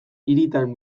hirietan